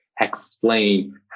explain